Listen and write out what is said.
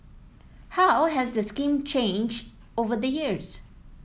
how has the scheme changed over the years